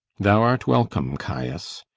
thou art welcome, caius.